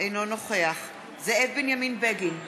אינו נוכח זאב בנימין בגין,